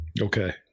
okay